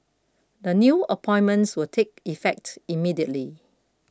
the new appointments will take effect immediately